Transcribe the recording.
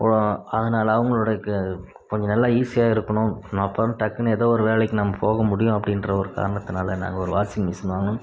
அதனால் அவங்களுடையக்கு கொஞ்சம் நல்லா ஈஸியாக இருக்கணும் நாம் அப்போதான் டக்குன்னு ஏதோ ஒரு வேலைக்கு நம்ம போகமுடியும் அப்படின்ற ஒரு காரணத்துனால் நாங்கள் ஒரு வாஷிங் மிஷின் வாங்கினோம்